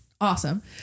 awesome